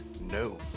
No